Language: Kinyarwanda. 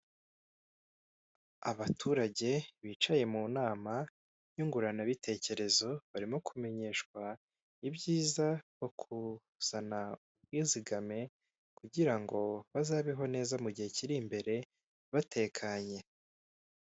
Umuhanda mwiza kandi ufite isuku bashyizeho akayira k'abanyamaguru gahagije, bamwe baratambuka abandi nabo bagakora imyitozo ngororamubiri, ku mpande hariho inyubako ikorerwamo n'ikigo cyitwa radiyanti gikora ibigendanye n'ubwizigame ndetse no kwishinganisha.